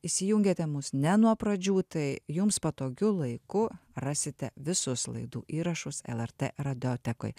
įsijungėte mus ne nuo pradžių tai jums patogiu laiku rasite visus laidų įrašus lrt radiotekoj